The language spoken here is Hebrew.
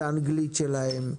את האנגלית שלהם,